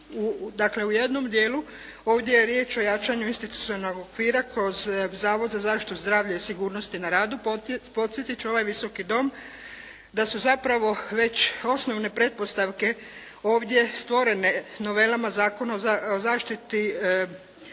Dakle, u jednom dijelu ovdje je riječ o jačanju institucionalnog okvira kroz Zavod za zaštitu zdravlja i sigurnosti na radu. Podsjetit ću ovaj Visoki dom da su zapravo već osnovne pretpostavke ovdje stvorene novelama Zakona o zaštiti, o zdravstvenom